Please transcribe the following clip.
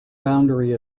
boundary